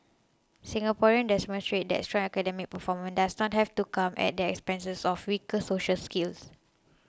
Singapore demonstrates that strong academic performance does not have to come at the expenses of weaker social skills